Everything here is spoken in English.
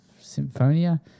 Symphonia